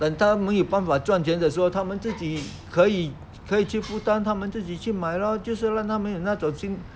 等他们有办法赚钱的时候他们自己可以可以去负担他们自己去买 lor 就是让他们有那种心